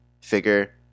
figure